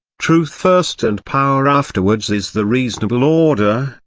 truth first and power afterwards is the reasonable order,